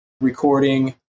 recording